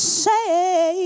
say